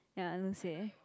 ya lucid